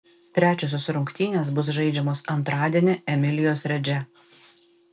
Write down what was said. trečiosios rungtynės bus žaidžiamos antradienį emilijos redže